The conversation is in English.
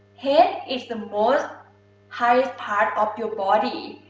head is the most highest part of your body.